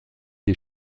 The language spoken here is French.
des